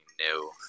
new